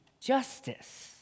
justice